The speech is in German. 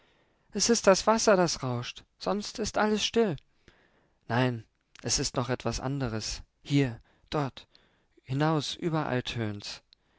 es ist das wasser das rauscht sonst ist alles still nein es ist noch etwas anderes hier dort hinaus überall tönt's